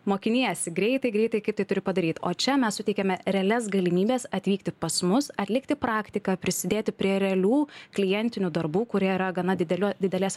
mokiniesi greitai greitai kai tu turi padaryt o čia mes suteikiame realias galimybes atvykti pas mus atlikti praktiką prisidėti prie realių klientinių darbų kurie yra gana dideliu didelės